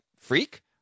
freak